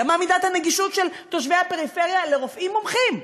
מה מידת הנגישות של תושבי הפריפריה לרופאים מומחים.